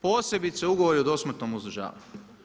Posebice ugovori o dosmrtnom uzdržavanju.